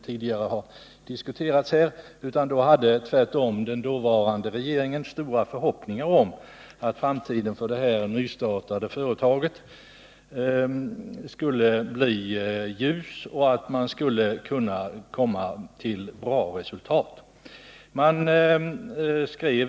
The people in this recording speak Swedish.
Tvärtom hade den dåvarande regeringen stora förhoppningar om att framtiden för det nystartade företaget skulle bli ljus och att det skulle uppnå goda resultat.